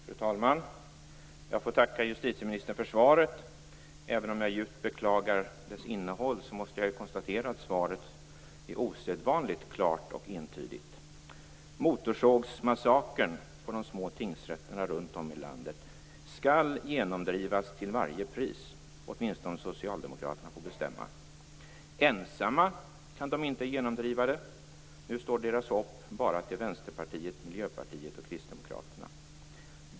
Fru talman! Jag får tacka justitieministern för svaret. Även om jag djupt beklagar dess innehåll måste jag konstatera att svaret är osedvanligt klart och entydigt. Motorsågsmassakern på de små tingsrätterna runt om i landet skall genomdrivas till varje pris - åtminstone om socialdemokraterna får bestämma. Ensamma kan de inte genomdriva det. Nu står deras hopp bara till Vänsterpartiet, Miljöpartiet och Kristdemokraterna.